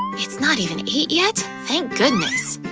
it's not even eight yet, thank goodness.